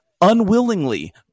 Unwillingly